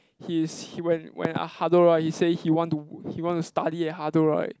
he's he when when uh hado right he say he want to he want to study at hado right